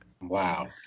Wow